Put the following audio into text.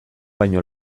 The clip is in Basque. baino